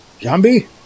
Zombie